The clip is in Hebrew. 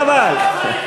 חבל.